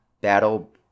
battle